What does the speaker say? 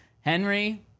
Henry